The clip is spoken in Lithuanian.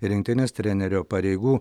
rinktinės trenerio pareigų